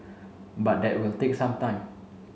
but that will take some time